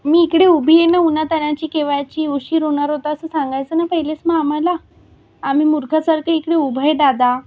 मी इकडे उभी आहे ना उन्हातानाची केव्हाची उशीर होणार होता असं सांगायचं ना पहिलेच मग आम्हाला आम्ही मूर्खासारखे इकडे उभे आहे दादा